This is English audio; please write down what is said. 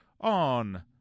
on